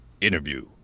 Interview